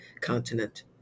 continent